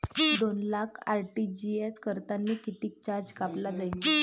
दोन लाख आर.टी.जी.एस करतांनी कितीक चार्ज कापला जाईन?